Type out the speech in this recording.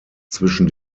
zwischen